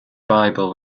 bible